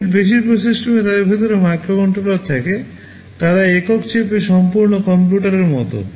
embedded বেশিরভাগ সিস্টেমে তাদের ভিতরে মাইক্রোকন্ট্রোলার থাকে তারা একক চিপে সম্পূর্ণ কম্পিউটারের মতো